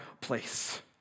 place